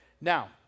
Now